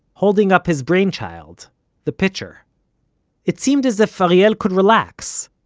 holding up his brainchild the pitcher it seemed as if ariel could relax.